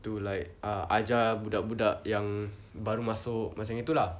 to like err ajar budak-budak yang baru masuk macam gitu lah